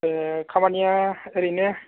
ओह खामानिया ओरैनो